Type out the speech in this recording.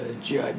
GI